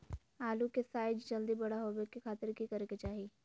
आलू के साइज जल्दी बड़ा होबे के खातिर की करे के चाही?